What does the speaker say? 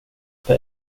ska